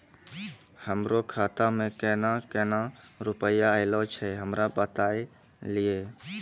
हमरो खाता मे केना केना रुपैया ऐलो छै? हमरा बताय लियै?